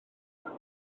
nesaf